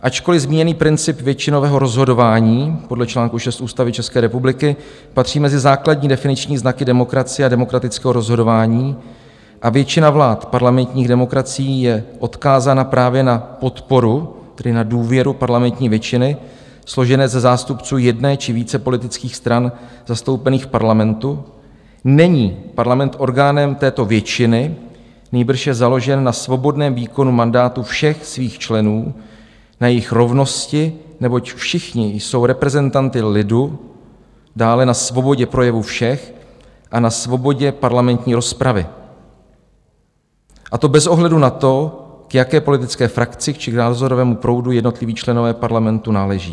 Ačkoliv zmíněný princip většinového rozhodování podle čl. 6 Ústavy České republiky patří mezi základní definiční znaky demokracie a demokratického rozhodování a většina vlád parlamentních demokracií je odkázána právě na podporu, tedy na důvěru parlamentní většiny, složené ze zástupců jedné či více politických stran zastoupených v parlamentu, není parlament orgánem této většiny, nýbrž je založen na svobodném výkonu mandátu všech svých členů, na jejich rovnosti, neboť všichni jsou reprezentanty lidu, dále na svobodě projevu všech a na svobodě parlamentní rozpravy, a to bez ohledu na to, k jaké politické frakci či k názorovému proudu jednotliví členové parlamentu náleží.